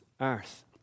earth